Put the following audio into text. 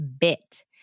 bit